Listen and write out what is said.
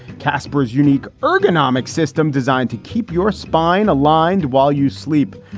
casper's unique ergonomics system designed to keep your spine aligned while you sleep.